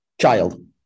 child